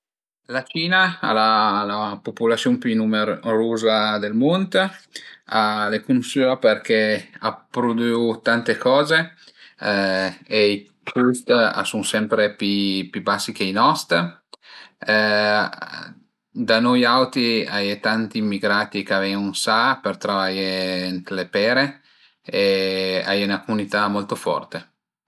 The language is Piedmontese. La Cina al a la pupulasiun pi nümeruza del mund, al e cunusüa perché a prudüa tante coze e i cust a sun sempre pi pi basi che i nost. Da nui auti a ie tanti immigrati ch'a ven-u ën sa për travaié ën le pere e a ie 'na cumunità molto forte